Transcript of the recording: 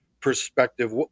perspective